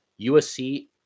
USC